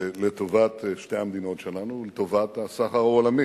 לטובת שתי המדינות שלנו, לטובת הסחר העולמי.